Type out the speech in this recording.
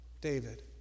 David